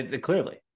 Clearly